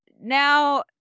now